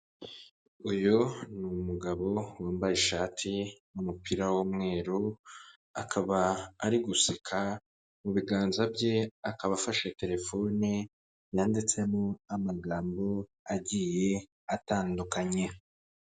Uyu ni umugabo wambaye ishati n'umupira w'umweru, akaba ari guseka, mu biganza bye akaba afashe telefone yanditsemo amagambo agiye atandukanye.